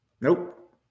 Nope